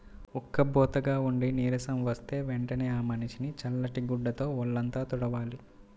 ఉక్కబోతగా ఉండి నీరసం వస్తే వెంటనే ఆ మనిషిని చల్లటి గుడ్డతో వొళ్ళంతా తుడవాలి